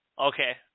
Okay